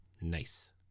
Nice